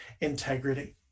integrity